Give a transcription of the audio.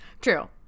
True